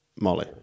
Molly